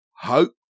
hope